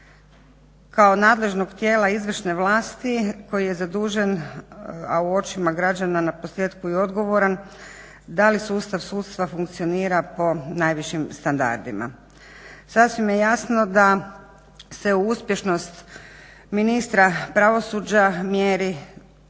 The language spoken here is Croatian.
kao nadležnog tijela izvršne vlasti koji je zadužen, a u očima građana naposljetku i odgovoran da li sustav sudstva funkcionira po najvišim standardima. Sasvim je jasno da se uspješnost ministra pravosuđa mjeri